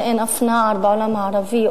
שאין אף נער בעולם הערבי,